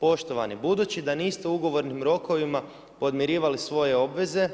Poštovani, budući da niste u ugovornim rokovima podmirivali svoje obveze,